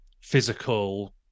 physical